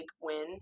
win